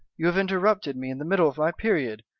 you have interrupted me in the middle of my period,